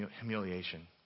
humiliation